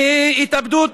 מהתאבדות,